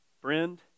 friend